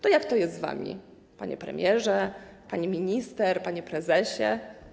To jak to jest z wami, panie premierze, pani minister, panie prezesie?